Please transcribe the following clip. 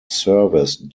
service